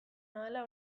ahala